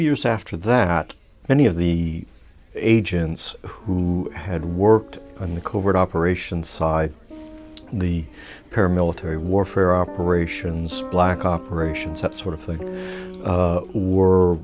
years after that many of the agents who had worked on the covert operations side the paramilitary warfare operations black operations that sort of thing